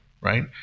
right